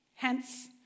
Hence